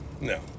No